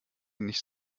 nicht